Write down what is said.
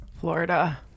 Florida